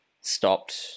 stopped